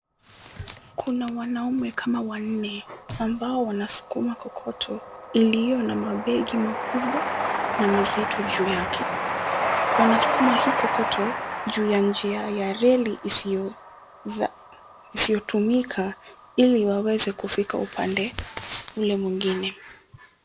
Kuna wanaume kama wanne ambao wanasukuma kokoto iliyo na mabegi makubwa na mazito juu yake. Wanasukuma kokoto juu ya njia ya reli isiyo za isiyotumika ili waweze kufika upande ule mwingine.